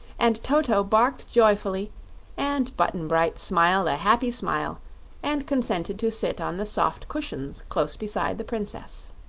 and toto barked joyfully and button-bright smiled a happy smile and consented to sit on the soft cushions close beside the princess.